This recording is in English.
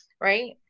right